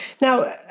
Now